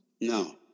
No